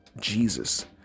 Jesus